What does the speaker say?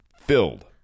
filled